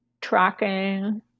tracking